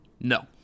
No